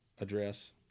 address